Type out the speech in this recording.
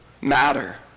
matter